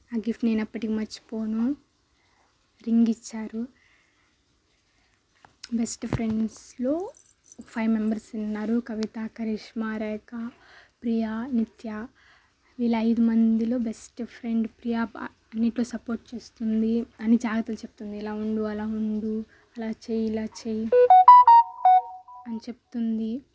ఆ గిఫ్ట్ నేను ఎప్పటికీ మర్చిపోను రింగ్ ఇచ్చారు బెస్ట్ ఫ్రెండ్స్లో ఫైవ్ మెంబర్స్ ఉన్నారు కవిత కరిష్మా రేఖ ప్రియా నిత్య వీళ్ళ ఐదు మందిలో బెస్ట్ ఫ్రెండ్ ప్రియా అన్నిట్లో సపోర్ట్ చేస్తుంది అన్ని జాగ్రత్తలు చెప్తుంది ఇలా ఉండు అలా ఉండు అలా చేయి ఇలా చేయి అని చెప్తుంది